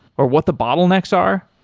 or what the bottlenecks are?